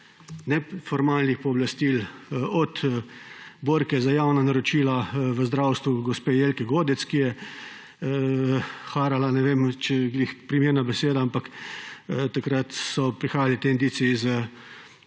ne formalnih pooblastil, od borke za javna naročila v zdravstvu gospe Jelke Godec, ki je harala – ne vem, če je ravno primerna beseda, ampak so prihajali ti indici